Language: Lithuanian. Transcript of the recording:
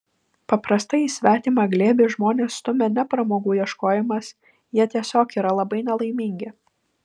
paprastai į svetimą glėbį žmones stumia ne pramogų ieškojimas jie tiesiog yra labai nelaimingi